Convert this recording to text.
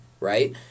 Right